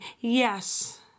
yes